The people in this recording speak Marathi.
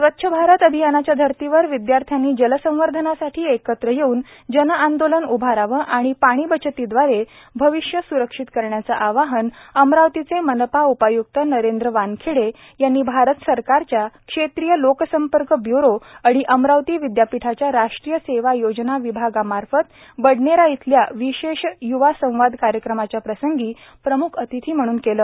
स्वच्छ भारत अभियानाच्या धर्तीवर विदयार्थ्यांनी जल संवर्धनासाठी एकत्र येऊन जन आंदोलन उभारावे आणि पाणी बचतीद्वारे भविष्य स्रक्षित करण्याचे आवाहन अमरावतीचे मनपा उपाय्क्त नरेंद्र वानखडे यांनी भारत सरकारच्या क्षेत्रीय लोक संपर्क ब्य्रो आणि अमरावती विदयापीठाच्या राष्ट्रीय सेवा योजना विभाग मार्फत बडनेरा येथील विशेष य्वा संवाद कार्यक्रमाच्या प्रसंगी प्रम्ख अतिथी म्हणून केलं